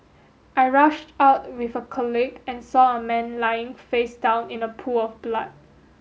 I rushed out with a colleague and saw a man lying face down in a pool of blood